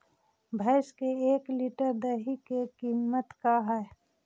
भैंस के एक लीटर दही के कीमत का है?